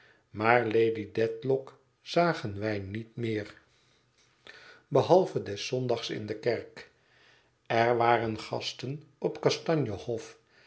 lady dedlock zagen wij niet meer behalve des zondags in de kerk er waren gasten op